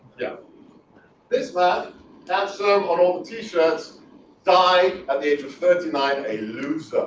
yeah this man absalom or old t-shirts died at the age of thirty nine a loser